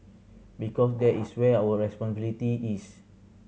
because that is where our responsibility is